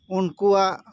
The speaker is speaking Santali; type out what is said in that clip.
ᱩᱱᱠᱩᱣᱟᱜ